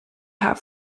have